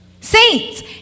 Saints